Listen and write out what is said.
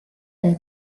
nei